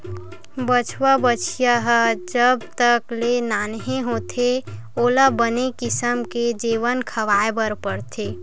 बछवा, बछिया ह जब तक ले नान्हे होथे ओला बने किसम के जेवन खवाए बर परथे